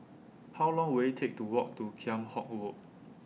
How Long Will IT Take to Walk to Kheam Hock Road